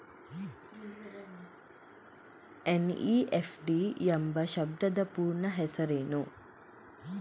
NEFT ಎಂಬ ಶಬ್ದದ ಪೂರ್ಣ ಹೆಸರೇನು?